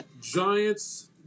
Giants